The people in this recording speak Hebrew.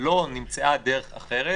לא נמצאה דרך אחרת